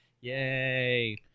Yay